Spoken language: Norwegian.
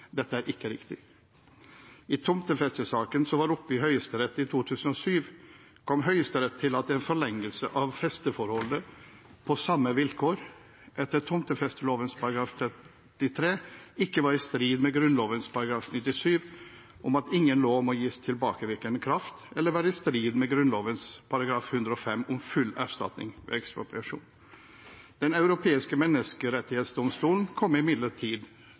tomtefestesaken, som var oppe i Høyesterett i 2007, kom Høyesterett til at en forlengelse av festeforholdet på samme vilkår etter tomtefesteloven § 33 ikke var i strid med Grunnloven § 97 om at ingen lov må gis tilbakevirkende kraft eller være i strid med Grunnloven § 105 om full erstatning ved ekspropriasjon. Den europeiske menneskerettsdomstol kom imidlertid